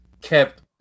kept